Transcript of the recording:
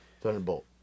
Thunderbolt